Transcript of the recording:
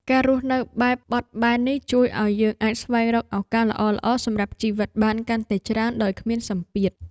ការរស់នៅបែបបត់បែននេះជួយឱ្យយើងអាចស្វែងរកឱកាសល្អៗសម្រាប់ជីវិតបានកាន់តែច្រើនដោយគ្មានសម្ពាធ។